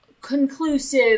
conclusive